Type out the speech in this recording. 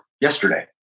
yesterday